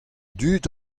dud